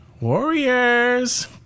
Warriors